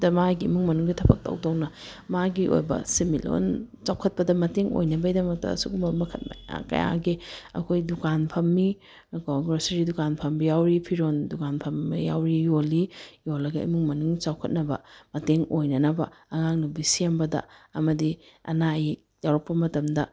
ꯗ ꯃꯥꯒꯤ ꯏꯃꯨꯡ ꯃꯅꯨꯡꯒꯤ ꯊꯕꯛ ꯇꯧ ꯇꯧꯅ ꯃꯥꯒꯤ ꯑꯣꯏꯕ ꯁꯦꯟꯃꯤꯠꯂꯣꯟ ꯆꯥꯎꯈꯠꯄꯗ ꯃꯇꯦꯡ ꯑꯣꯏꯅꯕꯒꯤꯗꯃꯛꯇ ꯑꯁꯨꯒꯨꯝꯕ ꯃꯈꯜ ꯃꯈꯥ ꯀꯌꯥꯒꯤ ꯑꯩꯈꯣꯏ ꯗꯨꯀꯥꯟ ꯐꯝꯃꯤ ꯀꯣ ꯒ꯭ꯔꯣꯁꯔꯤ ꯗꯨꯀꯥꯟ ꯐꯝꯕ ꯌꯥꯎꯔꯤ ꯐꯤꯔꯣꯜ ꯗꯨꯀꯥꯟ ꯐꯝꯕ ꯌꯥꯎꯔꯤ ꯌꯣꯜꯂꯤ ꯌꯣꯜꯂꯒ ꯏꯃꯨꯡ ꯃꯅꯨꯡꯒꯤ ꯆꯥꯎꯈꯠꯅꯕ ꯃꯇꯦꯡ ꯑꯣꯏꯅꯅꯕ ꯑꯉꯥꯡꯅꯨꯕꯤ ꯁꯦꯝꯕꯗ ꯑꯃꯗꯤ ꯑꯅꯥ ꯑꯌꯦꯛ ꯌꯥꯎꯔꯛꯄ ꯃꯇꯝꯗ